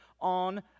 on